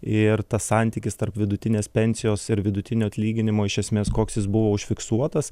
ir tas santykis tarp vidutinės pensijos ir vidutinio atlyginimo iš esmės koks jis buvo užfiksuotas